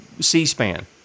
C-SPAN